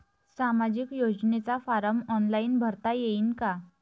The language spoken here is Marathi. सामाजिक योजनेचा फारम ऑनलाईन भरता येईन का?